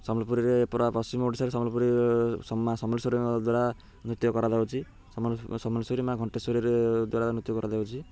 ସମ୍ବଲପୁରୀରେ ପା ପଶ୍ଚିମ ଓଡ଼ିଶାରେରେ ସମ୍ବଲପୁରୀ ସମ୍ବଲେଶ୍ଵରୀ ଦ୍ୱାରା ନୃତ୍ୟ କରାଯାଉଛି ସମଲେଶ୍ଵରୀ ମାଆ ଘଣ୍ଟେଶ୍ୱରୀରେ ଦ୍ୱାରା ନୃତ୍ୟ କରାଯାଉଛି